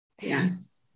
Yes